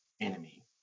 enemy